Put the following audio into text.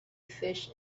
fish